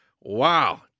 Wow